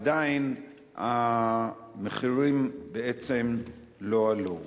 עדיין המחירים בעצם לא עלו.